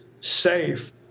safe